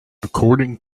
according